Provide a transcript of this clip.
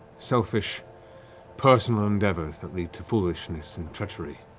selfish personal endeavors that lead to foolishness and treachery.